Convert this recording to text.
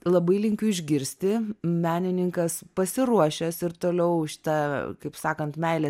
labai linkiu išgirsti menininkas pasiruošęs ir toliau šitą kaip sakant meilę